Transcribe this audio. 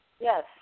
Yes